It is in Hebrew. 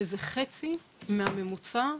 שזה חצי מהממוצע ב-OECD.